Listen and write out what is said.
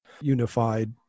unified